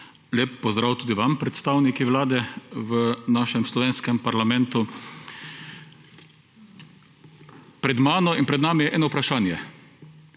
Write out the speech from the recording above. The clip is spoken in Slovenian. Lep pozdrav tudi vam, predstavniki vlade, v našem slovenskem parlamentu! Pred mano in pred nami je eno vprašanje.